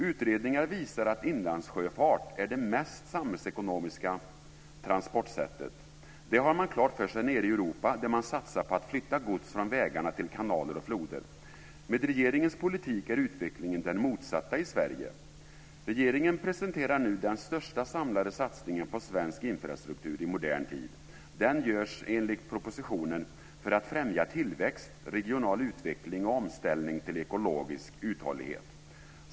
Utredningar visar att inlandssjöfart är det mest samhällsekonomiska transportsättet. Det har man klart för sig nere i Europa, där man satsar på att flytta gods från vägarna till kanaler och floder. Med regeringens politik är utvecklingen den motsatta i Sverige. Regeringen presenterar nu den största samlade satsningen på svensk infrastruktur i modern tid. Den görs, enligt propositionen, för att främja tillväxt, regional utveckling och omställning till ekologisk uthållighet.